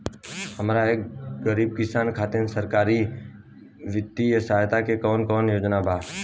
हम गरीब किसान खातिर सरकारी बितिय सहायता के कवन कवन योजना बा?